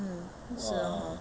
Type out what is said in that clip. mmhmm 是 hor